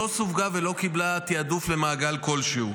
לא סווגה ולא קיבלה תיעדוף למעגל כלשהו.